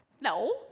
No